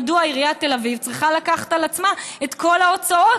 מדוע עיריית תל אביב צריכה לקחת על עצמה את כל ההוצאות?